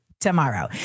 tomorrow